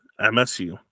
MSU